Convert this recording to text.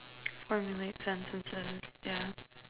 formulate sentences ya